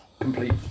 Complete